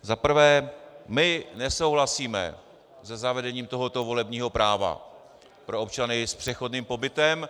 Za prvé, my nesouhlasíme se zavedením tohoto volebního práva pro občany s přechodným pobytem.